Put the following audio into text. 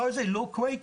זה לא קורה,